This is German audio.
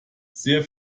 sehr